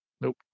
Nope